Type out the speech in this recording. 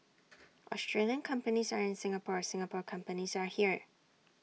Australian companies are in Singapore Singapore companies are here